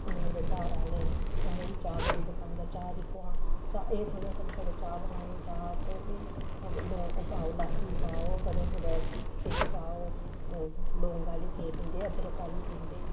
हून मेरे घर आह्ले न उ'नेंगी चाह् बड़ी पसंद ऐ चाह् दिक्खो हां चाह् एह् थोड़े ऐ भला छड़े चाह् बनानी चाह् च बी लौंग ओह् पाओ लाच्ची पाओ कदें कुदै किश पाओ लौंग आह्ली केईं पींदे अदरक आह्ली पींदे